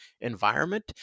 environment